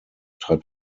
trat